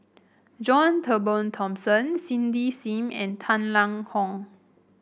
John Turnbull Thomson Cindy Sim and Tang Liang Hong